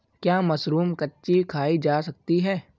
क्या मशरूम कच्ची खाई जा सकती है?